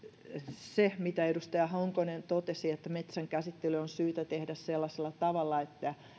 se mitä edustaja honkonen totesi että metsän käsittely on syytä tehdä sellaisella tavalla että